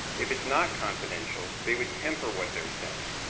if it is not confidential they would temper what they are saying.